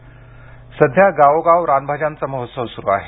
रानभाज्या सध्या गावोगाव रानभाज्यांचा महोत्सव सुरू आहे